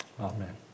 Amen